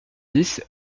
dix